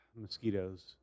Mosquitoes